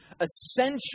essential